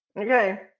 Okay